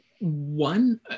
one